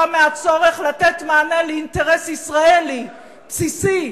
מהצורך לתת מענה לאינטרס ישראלי בסיסי,